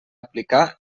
aplicar